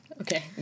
Okay